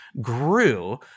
grew